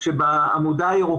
לוועדה מגיעות פניות בלא הבדל,